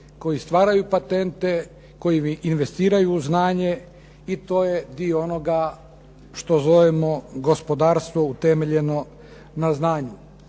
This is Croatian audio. koji stvaraju patente, koji investiraju u znanje i to je dio onoga što zovemo gospodarstvo utemeljeno na znanju.